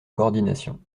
coordination